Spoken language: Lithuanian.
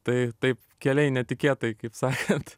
tai taip keliai netikėtai kaip sakėt